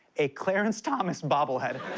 a clarence thomas bobblehead.